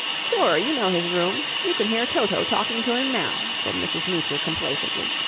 sure. you know his room. you can hear toto talking to him now, said mrs. meecher complacently.